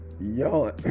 Yo